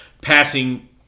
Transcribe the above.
passing